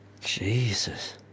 Jesus